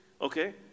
Okay